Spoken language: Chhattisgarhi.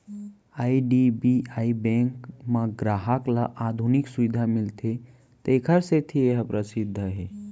आई.डी.बी.आई बेंक म गराहक ल आधुनिक सुबिधा मिलथे तेखर सेती ए ह परसिद्ध हे